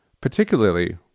Particularly